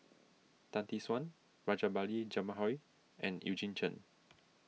Tan Tee Suan Rajabali Jumabhoy and Eugene Chen